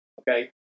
Okay